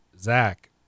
Zach